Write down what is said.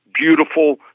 Beautiful